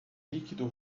líquido